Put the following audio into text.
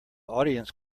audience